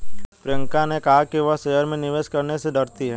प्रियंका ने कहा कि वह शेयर में निवेश करने से डरती है